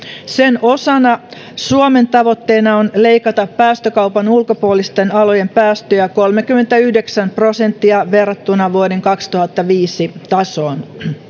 sen osana suomen tavoitteena on leikata päästökaupan ulkopuolisten alojen päästöjä kolmekymmentäyhdeksän prosenttia verrattuna vuoden kaksituhattaviisi tasoon